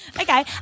Okay